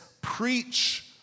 preach